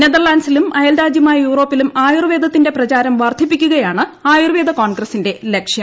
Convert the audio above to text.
നെതർലാൻഡിലും അയൽരാജ്യമായ യൂറോപ്പിലും ആയുർവേദത്തിന്റെ പ്രചാരം വർദ്ധിപ്പിക്കുകയാണ് ആയുർവേദ കോൺഗ്രസിന്റെ ലക്ഷ്യം